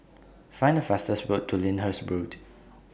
Find The fastest word to Lyndhurst Road